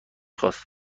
خواست